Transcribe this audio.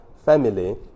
family